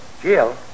Jill